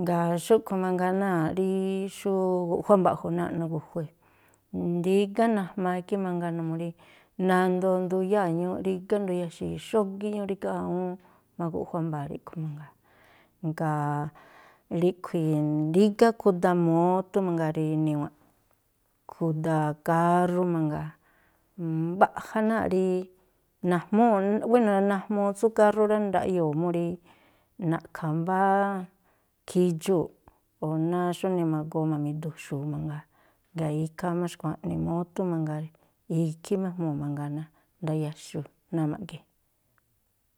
Jngáa̱ xúꞌkhui̱ mangaa náa̱ꞌ rí xú guꞌjuá mba̱ꞌju̱ náa̱ꞌ nugu̱jue̱, rígá najmaa ikhí mangaa numuu rí nandoo nduyáa̱ ñúúꞌ rígá, nduyaxii̱ xógíꞌ ñúúꞌ rígá awúún má guꞌjuá mbaa̱ má ríꞌkhui̱ mangaa. Jngáa̱ ríꞌkhui̱, rígá khuda mótú mangaa rí niwa̱nꞌ, khuda kárrú mangaa. Mbaꞌja náa̱ꞌ rí najmúu̱, wéno̱ najmuu tsú kárrú rá, ndaꞌyoo̱ mú na̱ꞌkha̱ mbáá khidxuu̱ꞌ o̱ náá xújnii ma̱goo ma̱jmi̱du̱xu̱u̱ mangaa. Jngáa̱ ikhaa má xkua̱ꞌnii mótú mangaa, ikhí má ejmuu̱ mangaa̱ ndayaxu̱u̱ náá ma̱ꞌge.